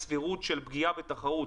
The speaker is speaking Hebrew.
הסבירות של פגיעה בתחרות,